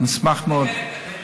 אני אשמח מאוד.